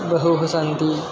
बहवः सन्ति